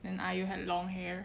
and IU had long hair